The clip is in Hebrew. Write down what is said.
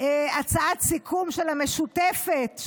הצעת סיכום של המשותפת,